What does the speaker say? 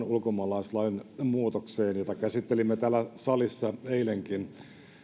ulkomaalaislain muutokseen jota käsittelimme täällä salissa eilenkin